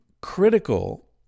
critical